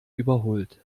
überholt